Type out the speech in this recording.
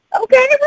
Okay